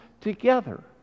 together